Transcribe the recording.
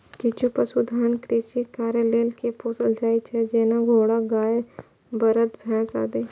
किछु पशुधन कृषि कार्य लेल पोसल जाइ छै, जेना घोड़ा, गाय, बरद, भैंस आदि